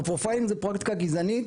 אבל פרופיילינג הוא פרקטיקה גזענית,